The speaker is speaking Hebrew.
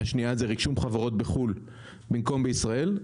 השנייה היא רישום חברות בחו"ל במקום בישראל,